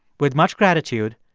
with much gratitude,